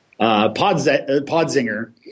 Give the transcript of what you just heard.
Podzinger